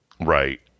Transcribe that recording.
Right